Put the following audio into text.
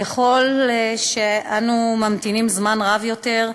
ככל שאנו ממתינים זמן רב יותר,